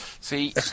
See